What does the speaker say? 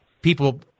people